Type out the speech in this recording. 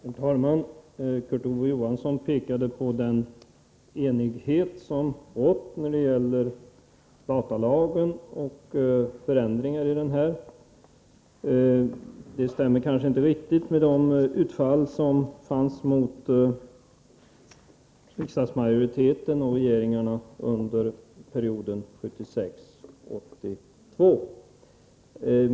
Herr talman! Kurt Ove Johansson pekade på den enighet som rått när det gällt datalagen och förändringar i den. Det stämmer kanske inte riktigt med de utfall som gjordes av socialdemokrater mot riksdagsmajoriteten och regeringen under perioden 1976-1982.